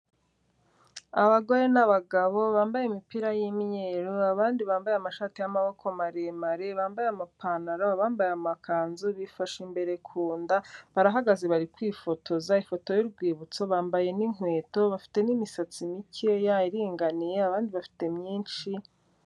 Abagore n'abagabo bambaye imipira y'imweru, abandi bambaye amashati y'amaboko maremare, bambaye amapantaro, abambaye amakanzu, bifashe imbere ku nda barahagaze bari kwifotoza ifoto y'urwibutso, bambaye n'inkweto, bafite n'imisatsi mikeya iringaniye, abandi bafite myinshi...